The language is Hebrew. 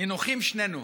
נינוחים שנינו.